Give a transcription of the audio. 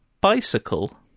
Bicycle